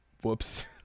whoops